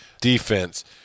defense